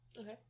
Okay